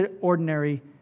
ordinary